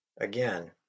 Again